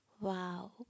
Wow